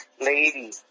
lady